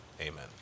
Amen